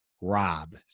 Rob